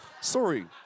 sorry